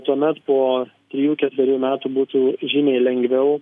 tuomet po trijų ketverių metų būtų žymiai lengviau